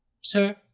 sir